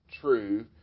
true